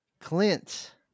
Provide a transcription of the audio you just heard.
Clint